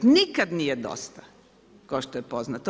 Nikad nije dosta, kao što je poznato.